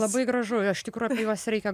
labai gražu iš tikro juos reikia